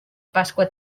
pasqua